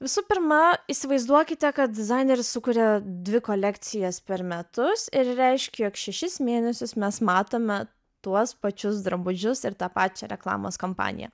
visu pirma įsivaizduokite kad dizaineris sukuria dvi kolekcijas per metus ir reiškia jog šešis mėnesius mes matome tuos pačius drabužius ir tą pačią reklamos kampaniją